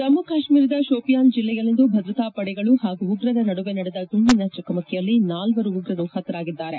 ಜಮ್ನು ಕಾಶ್ನೀರದ ಶೋಪಿಯಾನ್ ಜಿಲ್ಲೆಯಲ್ಲಿಂದು ಭದ್ರತಾ ಪಡೆಗಳು ಮತ್ತು ಉಗ್ರರ ನಡುವೆ ನಡೆದ ಗುಂಡಿನ ಚಕಮಕಿಯಲ್ಲಿ ನಾಲ್ವರು ಉಗ್ರರು ಹತರಾಗಿದ್ದಾರೆ